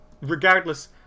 Regardless